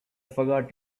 forgot